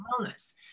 wellness